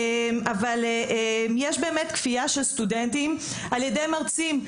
אבל יש באמת כפייה של סטודנטים על ידי מרצים,